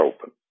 open